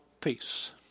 peace